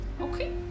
okay